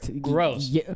Gross